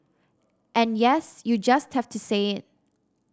and yes you just have to say it